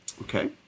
Okay